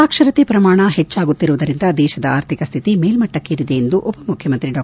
ಸಾಕ್ಷರತೆ ಪ್ರಮಾಣ ಹೆಚ್ಚಾಗುತ್ತಿರುವುದರಿಂದ ದೇಶದ ಆರ್ಥಿಕ ಸ್ಥಿತಿ ಮೇಲ್ಟಟ್ಟಕ್ಷೇರಿದೆ ಎಂದು ಉಪಮುಖ್ಯಮಂತ್ರಿ ಡಾ